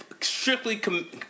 Strictly